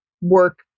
work